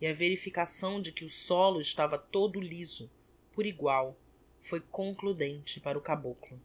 e a verificação de que o solo estava todo liso por egual foi concludente para o caboclo